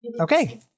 Okay